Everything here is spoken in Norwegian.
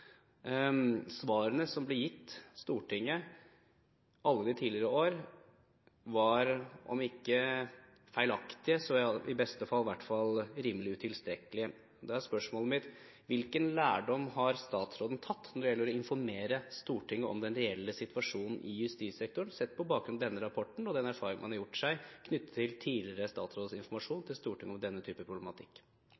Svarene som ble gitt Stortinget i alle tidligere år, var – om ikke feilaktige – i beste fall i hvert fall rimelig utilstrekkelige. Da er spørsmålet mitt: Hvilken lærdom har statsråden tatt når det gjelder å informere Stortinget om den reelle situasjonen i justissektoren, sett på bakgrunn av denne rapporten og den erfaringen man har gjort seg, knyttet til tidligere statsråds informasjon